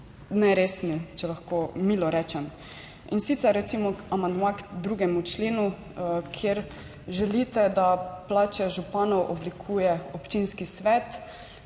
neresni, če lahko milo rečem. In sicer recimo amandma k 2. členu, kjer želite, da plače županov oblikuje občinski svet.